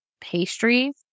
pastries